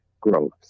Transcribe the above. growth